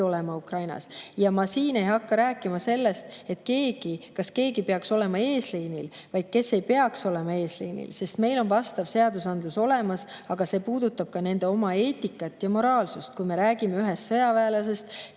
olema Ukrainas. Ma siin ei hakka rääkima sellest, kas keegi peaks olema eesliinil, kas keegi ei peaks olema eesliinil, sest meil on vastav seadusandlus olemas, aga see puudutab ka nende inimeste enda eetikat ja moraalsust. Kui me räägime ühest sõjaväelasest,